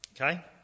Okay